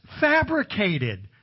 fabricated